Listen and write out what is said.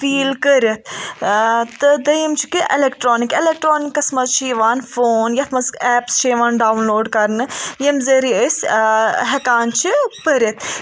feel کٔرِتھ آ تہِ دٔیِم چھُ کہِ اَلیکٹرانِک اَلیکٹرانِکس منٛز چھُ یوان فون یَتھ منٛزایپٕس چھِ یوان ڈاوُنلوڈ کَرنہٕ ییٚمہِ ذٔریعہِ أسۍ ہیٚکان چھِ پٔرِتھ